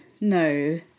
No